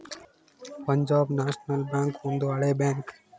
Punjab national bank ಒಂದು ಹಳೆ bank